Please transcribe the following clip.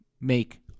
make